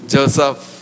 Joseph